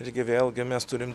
irgi vėlgi mes turim